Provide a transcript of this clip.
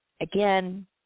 again